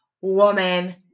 woman